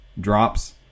drops